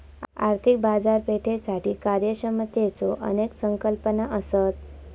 आर्थिक बाजारपेठेसाठी कार्यक्षमतेच्यो अनेक संकल्पना असत